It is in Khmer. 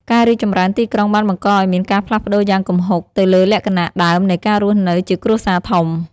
ការរីកចម្រើនទីក្រុងបានបង្កឱ្យមានការផ្លាស់ប្ដូរយ៉ាងគំហុកទៅលើលក្ខណៈដើមនៃការរស់នៅជាគ្រួសារធំ។